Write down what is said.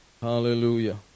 Hallelujah